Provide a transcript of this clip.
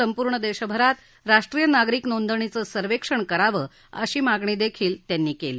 संपूर्ण देशभरात राष्ट्रीय नागरिक नोंदणीचं सर्वेक्षण करावं अशी मागणी देखील त्यांनी केली